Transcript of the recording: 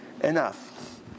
enough